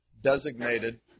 designated